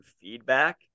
feedback